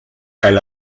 elle